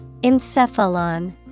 Encephalon